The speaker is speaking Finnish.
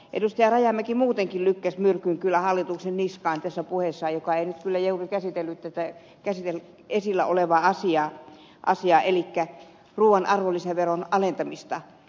rajamäki muutenkin lykkäsi myrkyn kyllä hallituksen niskaan tässä puheessaan joka ei nyt kyllä juuri käsitellyt tätä esillä olevaa asiaa elikkä ruuan arvonlisäveron alentamista